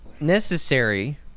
necessary